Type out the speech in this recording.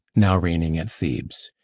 now reigning at thebes.